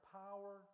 power